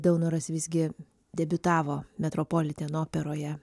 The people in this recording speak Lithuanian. daunoras visgi debiutavo metropoliten operoje